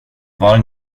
var